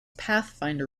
pathfinder